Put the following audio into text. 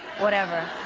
whatever.